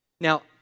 Now